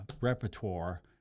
repertoire